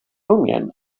ungern